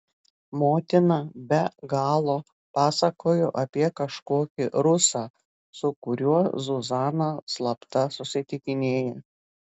motina be galo pasakojo apie kažkokį rusą su kuriuo zuzana slapta susitikinėja